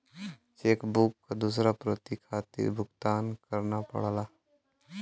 check book क दूसर प्रति खातिर भुगतान करना पड़ला